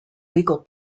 legal